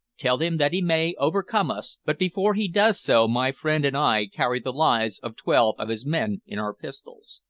tell him that he may overcome us, but before he does so my friend and i carry the lives of twelve of his men in our pistols.